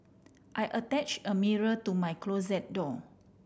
I attach a mirror to my closet door